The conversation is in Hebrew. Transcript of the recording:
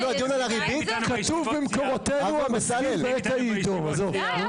אפילו הדיון על הריבית --- הן נמצאות איתנו בישיבות סיעה --- די,